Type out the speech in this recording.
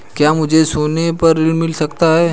क्या मुझे सोने पर ऋण मिल सकता है?